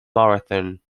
marathon